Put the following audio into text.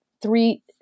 three